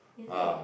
is it